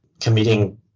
committing